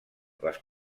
les